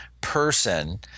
person